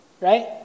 Right